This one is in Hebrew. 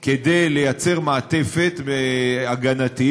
כדי ליצור מעטפת הגנתית.